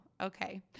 Okay